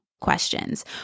questions